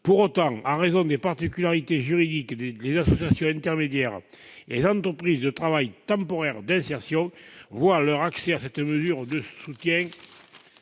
Pour autant, en raison de particularités juridiques, les associations intermédiaires et les entreprises de travail temporaire d'insertion voient leur accès à cette mesure de soutien